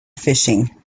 fishing